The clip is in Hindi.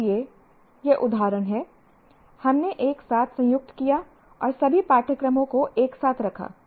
इसलिए ये उदाहरण हैं हमने एक साथ संयुक्त किया और सभी पाठ्यक्रमों को एक साथ रखा